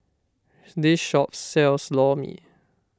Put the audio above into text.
this shop sells Lor Mee